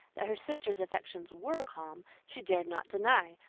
that her sister's affections were calm, she dared not deny,